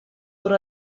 what